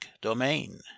domain